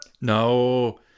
No